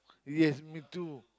yes me too